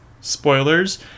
Spoilers